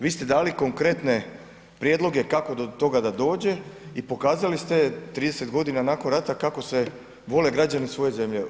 Vi ste dali konkretne prijedloge kako do toga da dođe i pokazali ste 30 godina nakon rata kako se vole građani svoje zemlje.